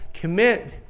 commit